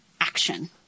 action